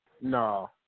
No